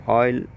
oil